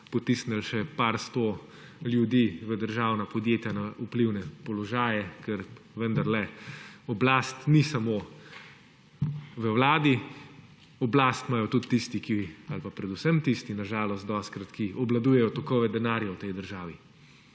potisnili še par 100 ljudi v Državna podjetja na vplivne položaje, ker vendarle oblast ni samo v Vladi, oblast imajo tudi tisti ali pa predvsem tisti na žalost dostikrat, ki obvladujejo tokove denarja v tej državi.